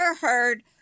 heard